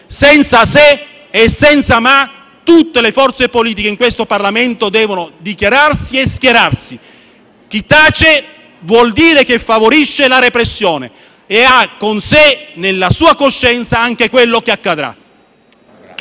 Senza se e senza ma tutte le forze politiche in questo Parlamento devono dichiararsi e schierarsi. Chi tace favorisce la repressione e porta con sé, nella sua coscienza, anche quello che accadrà.